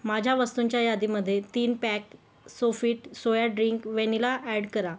माझ्या वस्तूंच्या यादीमध्ये तीन pack Sofit soya drink vanilla add करा